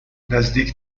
نزدیک